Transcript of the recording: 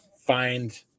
find